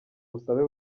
busabe